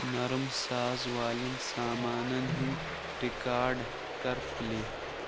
نرم ساز والین سامانن ہندۍ ریکارڈ کر پلے